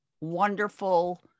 wonderful